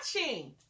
watching